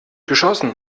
geschossen